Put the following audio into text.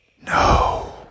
No